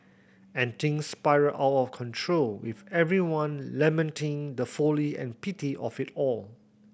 and things spiral out of control with everyone lamenting the folly and pity of it all